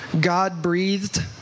God-breathed